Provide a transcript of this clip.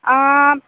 অঁ